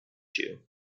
you